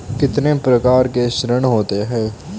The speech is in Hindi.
कितने प्रकार के ऋण होते हैं?